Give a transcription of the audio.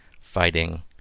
fighting